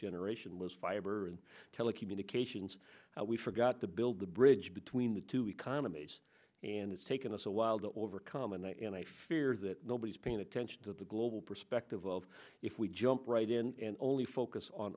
generation was fiber and telecommunications we forgot to build the bridge between the two economies and it's taken us a while to overcome that and i fear that nobody's paying attention to the global perspective of if we jump right in and only focus on